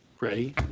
ready